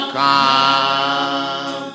come